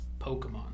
Pokemon